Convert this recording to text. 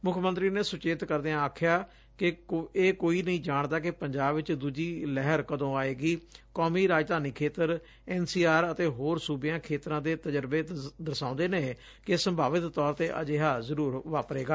ਮੁੱਖ ਮੰਤਰੀ ਨੇ ਸੁਚੇਤ ਕਰਦਿਆਂ ਆਖਿਆ ਕਿ ਇਹ ਕੋਈ ਨਹੀ ਜਾਣਦਾ ਕਿ ਪੰਜਾਬ ਵਿੱਚ ਦੁਜੀ ਲਹਿਰ ਕਦੋ ਆਵੇਗੀ ਕੌਮੀ ਰਾਜਧਾਨੀ ਖੇਤਰ ਐਨਸੀਆਰ ਅਤੇ ਹੋਰ ਸੁਬਿਆਂ ਖੇਤਰਾਂ ਦੇ ਤਜ਼ਰਬੇ ਦਰਸਾਉਦੇ ਨੇ ਕਿ ਸੰਭਾਵਿਤ ਤੌਰ ਤੇ ਅਜਿਹਾ ਜ਼ਰੁਰ ਵਾਪਰੇਗਾ